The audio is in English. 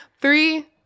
Three